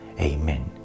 Amen